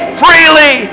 freely